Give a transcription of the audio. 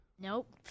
Nope